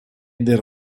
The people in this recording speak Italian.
del